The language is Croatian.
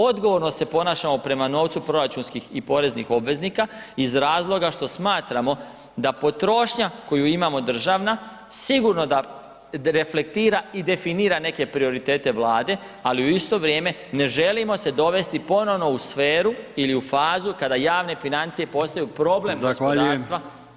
Odgovorno se ponašamo prema novcu proračunskih i poreznih obveznika iz razloga što smatramo da potrošnja koju imamo državna sigurno da reflektira i definira neke prioritete Vlade, ali u isto vrijeme ne želimo se dovesti ponovno u sferu ili u fazu kada javne financije postaju problem gospodarstva kao što je bilo nekad.